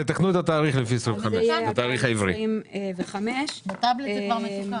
2025. אז תתקנו את התאריך העברי לפי 2025. בטאבלט זה כבר מתוקן.